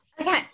Okay